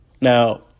Now